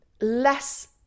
less